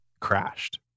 crashed